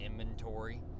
inventory